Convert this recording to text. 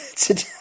today